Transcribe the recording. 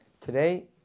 today